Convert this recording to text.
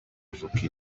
avoka